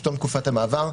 בתום תקופת המעבר,